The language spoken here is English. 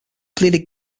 pleaded